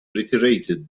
reiterated